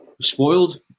Spoiled